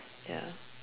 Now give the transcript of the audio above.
ya